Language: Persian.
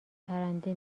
پرنده